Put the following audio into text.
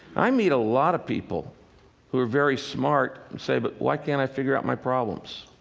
i meet a lot of people who are very smart, and say, but why can't i figure out my problems?